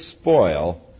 spoil